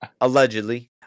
Allegedly